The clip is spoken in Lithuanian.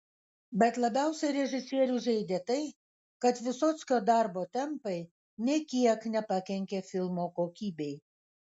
bet labiausiai režisierių žeidė tai kad vysockio darbo tempai nė kiek nepakenkė filmo kokybei